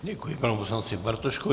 Děkuji panu poslanci Bartoškovi.